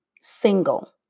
single